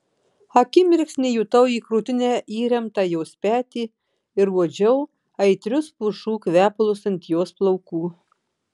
akimirksnį jutau į krūtinę įremtą jos petį ir uodžiau aitrius pušų kvepalus ant jos plaukų